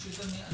ראשית,